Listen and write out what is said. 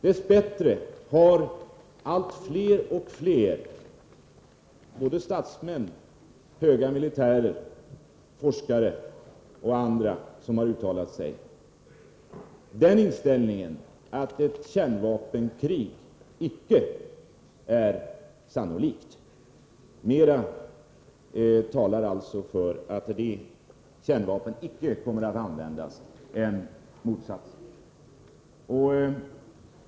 Dess bättre har allt fler — statsmän, höga militärer, forskare och andra som har uttalat sig — den inställningen att ett kärnvapenkrig icke är sannolikt. Mera talar alltså för att kärnvapen icke kommer att användas än för motsatsen.